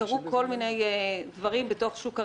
קרו כל מיני דברים בתוך שוק הרכב.